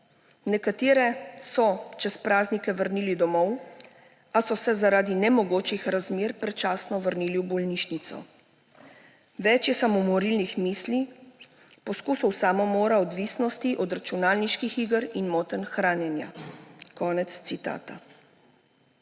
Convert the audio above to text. nekatere so čez praznike vrnili domov, a so se zaradi nemogočih razmer predčasno vrnili v bolnišnico, več je samomorilnih misli, poskusov samomora, odvisnosti od računalniških iger in motenj hranjenja.« Konec citata.